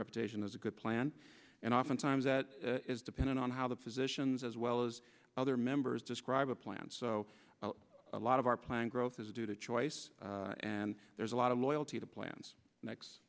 reputation as a good plan and oftentimes that is dependent on how the positions as well as other members describe a plan so a lot of our plan growth is due to choice and there's a lot of loyalty the plans next